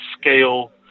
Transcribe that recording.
scale